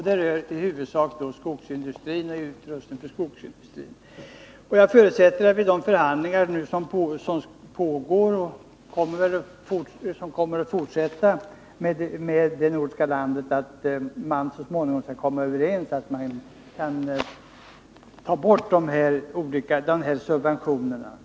Det rör sig i huvudsak om utrustning för skogsindustrin. Jag förutsätter att man vid de förhandlingar som pågår och som kommer att fortsätta med detta nordiska land så småningom skall komma överens om att man skall ta bort subventionerna.